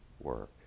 work